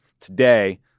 Today